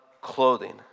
clothing